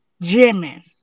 Jimmy